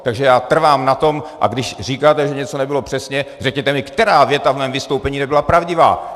Takže já trvám na tom, a když říkáte, že něco nebylo přesně, řekněte mi, která věta v mém vystoupení nebyla pravdivá.